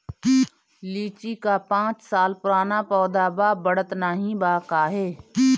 लीची क पांच साल पुराना पौधा बा बढ़त नाहीं बा काहे?